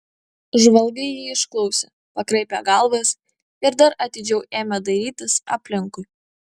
žvalgai jį išklausė pakraipė galvas ir dar atidžiau ėmė dairytis aplinkui